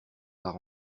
par